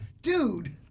Dude